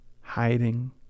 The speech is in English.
hiding